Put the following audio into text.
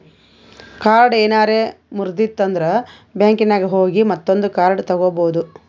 card ಏನಾರೆ ಮುರ್ದಿತ್ತಂದ್ರ ಬ್ಯಾಂಕಿನಾಗ್ ಹೋಗಿ ಮತ್ತೊಂದು ಕಾರ್ಡ್ ತಗೋಬೋದ್